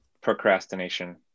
procrastination